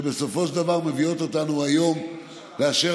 שבסופו של דבר מביאות אותנו היום לאשר